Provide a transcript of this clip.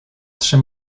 trzy